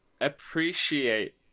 appreciate